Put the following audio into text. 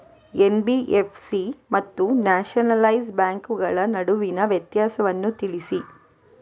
NBFC ಮತ್ತು nationalise ಬ್ಯಾಂಕುಗಳ ನಡುವಿನ ವ್ಯತ್ಯಾಸವನ್ನು ತಿಳಿಸಿ?